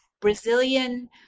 Brazilian